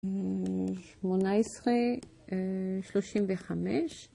שמונה עשרה... שלושים וחמש...